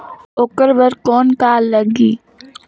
ओकर बर कौन का लगी?